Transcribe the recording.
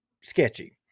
sketchy